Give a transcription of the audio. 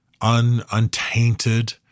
untainted